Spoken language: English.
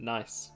Nice